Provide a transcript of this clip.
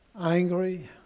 Angry